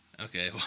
Okay